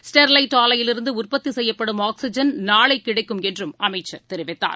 Sterlite ஆலையிலிருந்தஉற்பத்திசெய்யப்படும் oxygen நாளைகிடைக்கும் என்றும் அமைச்சர் தெரிவித்தார்